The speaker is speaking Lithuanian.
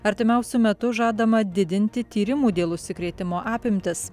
artimiausiu metu žadama didinti tyrimų dėl užsikrėtimo apimtis